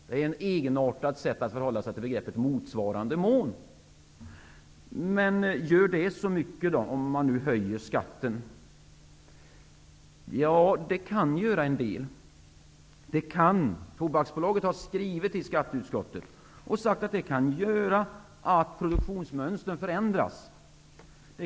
Det är ett egenartat sätt att förhålla sig till begreppet motsvarande mån. Gör det nu så mycket, om man höjer skatten? Det kan göra en del. Tobaksbolaget har skrivit till skatteutskottet att det kan innebära att produktionsmönstren förändras.